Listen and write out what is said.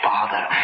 Father